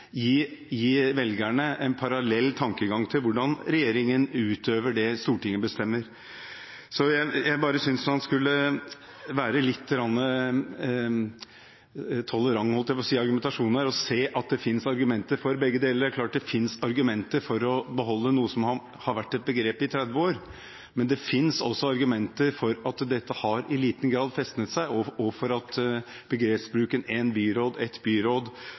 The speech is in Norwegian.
gi velgerne en parallell tankegang til hvordan regjeringen utøver det Stortinget bestemmer. Jeg synes derfor man skal være lite grann tolerant overfor argumentasjonen her, og se at det finnes argumenter for begge deler. Det er klart at det finnes argumenter for å beholde noe som har vært et begrep i 30 år, men det finnes også argumenter for at dette i liten grad har festnet seg, og for at begrepsbruken «en byråd», «et byråd»